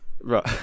Right